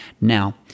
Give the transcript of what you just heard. Now